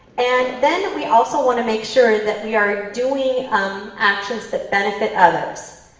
and then we also want to make sure that we are doing um actions that benefit others,